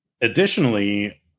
Additionally